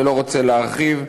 אני לא רוצה להרחיב.